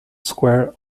square